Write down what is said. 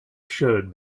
showed